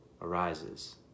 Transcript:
arises